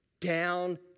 down